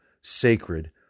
sacred